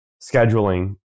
scheduling